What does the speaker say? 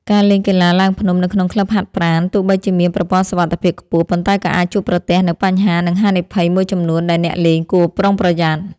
ការលេងកីឡាឡើងភ្នំនៅក្នុងក្លឹបហាត់ប្រាណ ទោះបីជាមានប្រព័ន្ធសុវត្ថិភាពខ្ពស់ ប៉ុន្តែក៏អាចជួបប្រទះនូវបញ្ហា និងហានិភ័យមួយចំនួនដែលអ្នកលេងគួរប្រុងប្រយ័ត្ន។